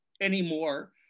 anymore